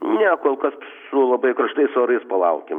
ne kol kas su labai karštais orais palaukim